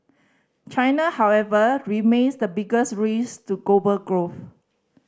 China however remains the biggest risk to growth